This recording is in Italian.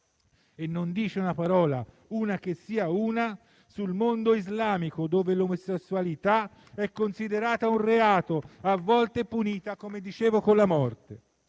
e non dice una parola, una che sia una, sul mondo islamico, dove l'omosessualità è considerata un reato a volte punito, come dicevo, con la morte.